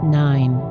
nine